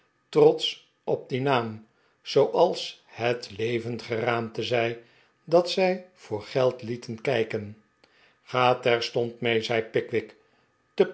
trotsch op dien naam zooals het leverid geraamte zei dat zij voor geld lieten kijken ga terstond mee zei pickwick